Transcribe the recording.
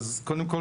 אז קודם כל,